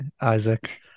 Isaac